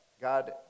God